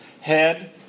head